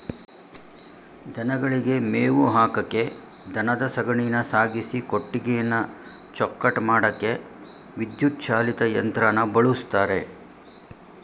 ದನಗಳಿಗೆ ಮೇವು ಹಾಕಕೆ ದನದ ಸಗಣಿನ ಸಾಗಿಸಿ ಕೊಟ್ಟಿಗೆನ ಚೊಕ್ಕಟ ಮಾಡಕೆ ವಿದ್ಯುತ್ ಚಾಲಿತ ಯಂತ್ರನ ಬಳುಸ್ತರೆ